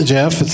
Jeff